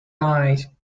eye